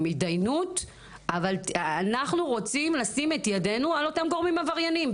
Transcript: עם התדיינות אבל אנחנו רוצים לשים את ידינו על אותם גורמים עבריינים,